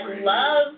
love